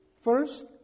First